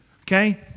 Okay